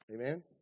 Amen